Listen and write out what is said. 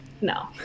No